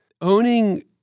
owning